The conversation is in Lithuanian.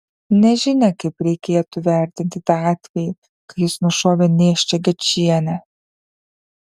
nežinia kaip reikėtų vertinti tą atvejį kai jis nušovė nėščią gečienę